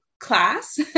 class